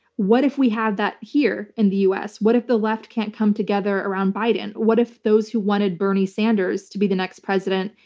what if we have that here in the us? what if the left can't come together around biden? what if those who wanted bernie sanders to be the next president,